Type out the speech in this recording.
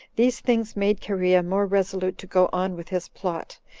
these things made cherea more resolute to go on with his plot,